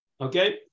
Okay